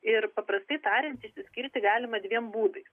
ir paprastai tariant išsiskirti galima dviem būdais